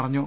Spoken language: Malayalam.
പറഞ്ഞു